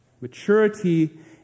Maturity